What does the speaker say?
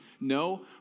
no